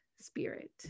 spirit